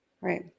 right